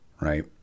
right